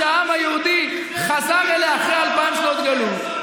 -- חכה ----- מאז שהעם היהודי חזר אליה אחרי אלפיים שנות גלות.